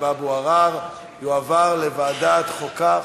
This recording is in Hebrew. להצעה לסדר-היום ולהעביר את הנושא לוועדת החוקה,